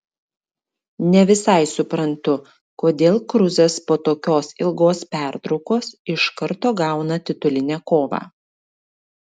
ne visai suprantu kodėl kruzas po tokios ilgos pertraukos iš karto gauna titulinę kovą